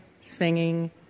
singing